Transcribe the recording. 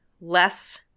less